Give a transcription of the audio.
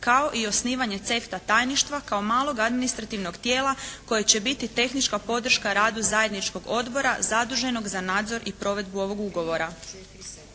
kao i osnivanje CEFTA tajništva kao malog administrativnog tijela koje će biti tehnička podrška radu zajedničkog odbora zaduženog za nadzor i provedbu ovog ugovora.